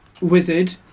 wizard